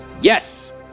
Yes